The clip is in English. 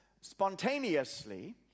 spontaneously